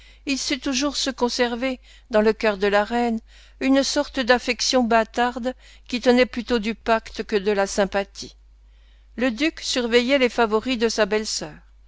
il sut toujours se conserver dans le cœur de la reine une sorte d'affection bâtarde qui tenait plutôt du pacte que de la sympathie le duc surveillait les favoris de sa belle-sœur